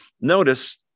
Notice